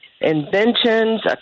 inventions